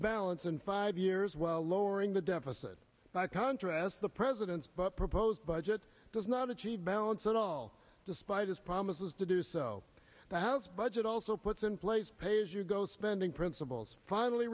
balance in five years while lowering the deficit by contrast the president's proposed budget does not achieve balance at all despite his promises to do so the house budget also puts in place pay as you go spending principles finally